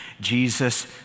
Jesus